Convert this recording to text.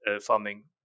farming